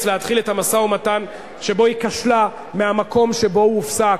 להתחיל את המשא-ומתן שבו היא כשלה מהמקום שבו הוא הופסק.